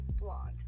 Blonde